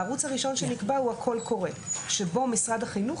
הערוץ הראשון שנקבע הוא הקול קורא שבו משרד החינוך